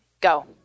go